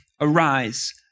arise